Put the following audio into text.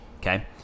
Okay